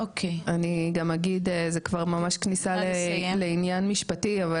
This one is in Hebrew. אני גם אגיד זה כבר ממש כניסה לעניין משפטי,